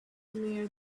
near